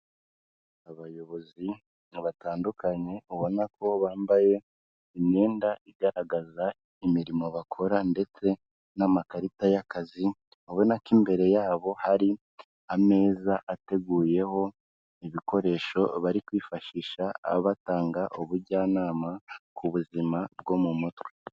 Abayobozi batandukanye, ubona ko bambaye imyenda igaragaza imirimo bakora ndetse n'amakarita y'akazi, ubona ko imbere yabo hari ameza ateguyeho ibikoresho bari kwifashisha batanga ubujyanama ku buzima bwo mu mutwe.